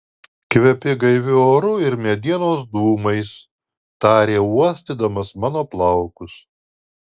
kvepi gaiviu oru ir medienos dūmais tarė uostydamas mano plaukus